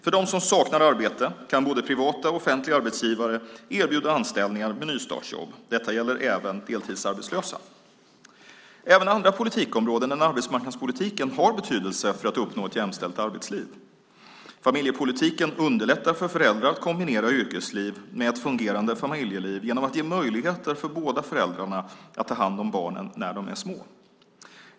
För dem som saknar arbete kan både privata och offentliga arbetsgivare erbjuda anställningar med nystartsjobb. Detta gäller även deltidsarbetslösa. Även andra politikområden än arbetsmarknadspolitiken har betydelse för att uppnå ett jämställt arbetsliv. Familjepolitiken underlättar för föräldrar att kombinera yrkesliv med ett fungerande familjeliv genom att ge möjligheter för båda föräldrarna att ta hand om barnen när de är små.